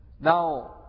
Now